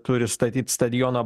turi statyt stadioną